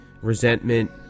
Resentment